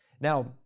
Now